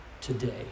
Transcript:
today